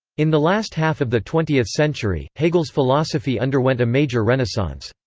in the last half of the twentieth century, hegel's philosophy underwent a major renaissance.